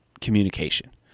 communication